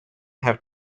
have